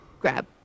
grab